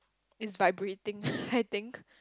is vibrating I think